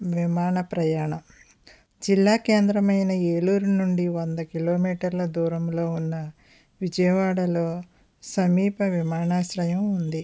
విమాన ప్రయాణం జిల్లా కేంద్రమైన ఏలూరు నుండి వంద కిలోమీటర్ల దూరంలో ఉన్న విజయవాడలో సమీప విమానాశ్రయం ఉంది